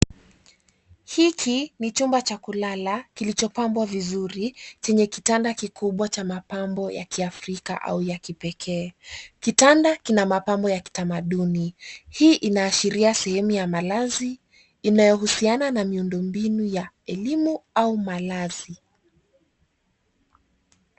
Hiki ni chumba cha kulala kilichopangwa vizuri chenye kitanda kikubwa cha mapambo ya kiafrika aina ya kipekee. Kitanda kina mapambo ya kitamaduni. Hii inaashiria sehemu ya malazi inayohusiana na miundo mbinu ya elimu au malazi.